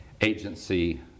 agency